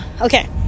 okay